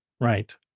right